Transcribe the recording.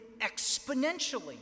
exponentially